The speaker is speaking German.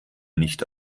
nicht